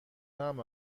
طعم